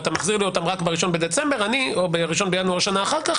אלא אתה מחזיר לי אותם רק ב-1 בדצמבר או ב-1 בינואר שנה אחר כך,